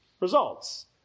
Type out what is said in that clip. results